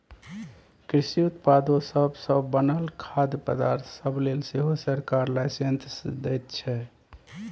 कृषि उत्पादो सब सँ बनल खाद्य पदार्थ सब लेल सेहो सरकार लाइसेंस दैत छै